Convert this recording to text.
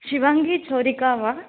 शिवाङ्गी छौरिका वा